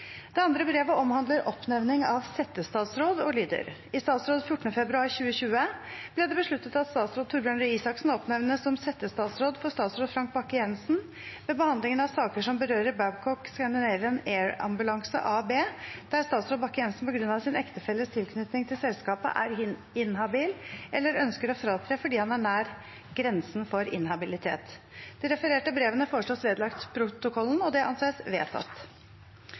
Det andre brevet omhandler oppnevning av settestatsråd og lyder: «I statsråd 14. februar 2020 ble det besluttet at statsråd Torbjørn Røe Isaksen oppnevnes som settestatsråd for statsråd Frank Bakke-Jensen ved behandlingen av saker som berører Babcock Scandinavian AirAmbulanse AB, der statsråd Bakke-Jensen på grunn av sin ektefelles tilknytning til selskapet er inhabil eller ønsker å fratre fordi han er nær grensen for inhabilitet.» De refererte brevene foreslås vedlagt protokollen. – Det anses vedtatt.